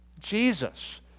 Jesus